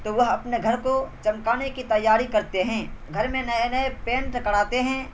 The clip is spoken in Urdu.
تو وہ اپنے گھر کو چمکانے کی تیاری کرتے ہیں گھر میں نئے نئے پینٹ کراتے ہیں